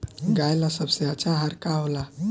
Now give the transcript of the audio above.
गाय ला सबसे अच्छा आहार का होला?